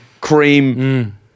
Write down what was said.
cream